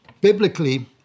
biblically